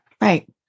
Right